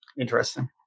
Interesting